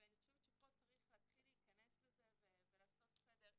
ואני חושבת שצריך להתחיל להיכנס לזה ולעשות סדר,